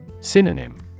Synonym